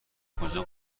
کجا